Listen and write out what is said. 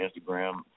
Instagram